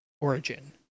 origin